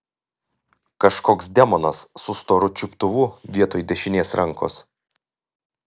kažkoks demonas su storu čiuptuvu vietoj dešinės rankos